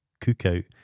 Cookout